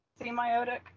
Semiotic